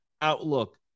Outlook